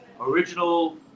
Original